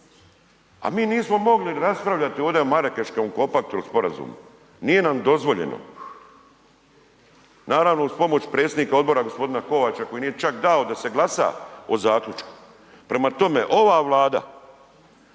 a mi nismo mogli raspravljati ovdje o Marakeškom kompaktu il sporazumu, nije nam dozvoljeno, naravno uz predsjednika odbora g. Kovača koji nije čak dao da se glasa o zaključku. Prema tome, ova Vlada